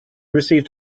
received